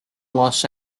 los